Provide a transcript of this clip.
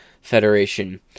Federation